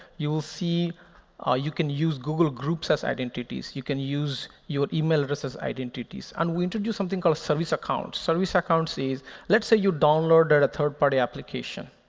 you will see ah you can use google groups as identities. you can use your email address as identities. and we introduced something called service account. service accounts is let's say, you downloaded a third party application.